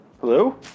Hello